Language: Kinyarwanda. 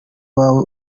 wawe